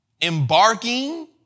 embarking